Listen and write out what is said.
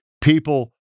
people